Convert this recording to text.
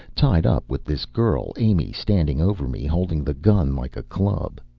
tied up, with this girl amy standing over me, holding the gun like a club.